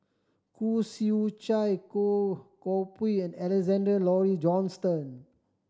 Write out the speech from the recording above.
Khoo Swee Chiow Goh Koh Pui and Alexander Laurie Johnston